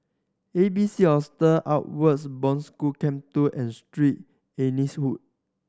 A B C Hostel Outward Bound School Camp Two and Street Anne's Wood